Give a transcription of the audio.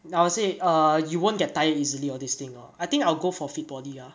I would say uh you won't get tired easily all these thing lor I think I'll go for fit body ah